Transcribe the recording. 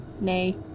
Nay